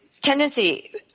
tendency